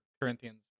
Corinthians